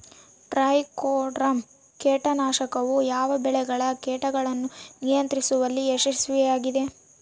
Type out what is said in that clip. Trichoderma ಕೇಟನಾಶಕವು ಯಾವ ಬೆಳೆಗಳ ಕೇಟಗಳನ್ನು ನಿಯಂತ್ರಿಸುವಲ್ಲಿ ಯಶಸ್ವಿಯಾಗಿದೆ?